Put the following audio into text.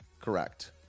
correct